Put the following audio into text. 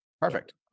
perfect